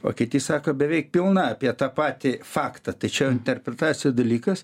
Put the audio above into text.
o kiti sako beveik pilna apie tą patį faktą tai čia interpretacijos dalykas